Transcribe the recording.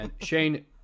Shane